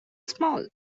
small